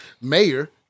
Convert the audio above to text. mayor